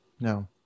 No